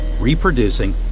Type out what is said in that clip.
reproducing